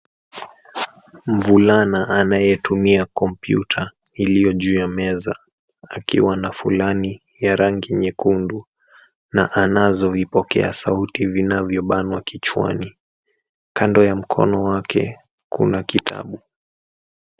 Mvulana anayetumia kompyuta, iliyo juu ya meza, akiwa na fulana, ya rangi nyekundu, na anazo vipokea sauti vinavyobanwa kichwani. Kando ya mkono wake, kuna kitabu.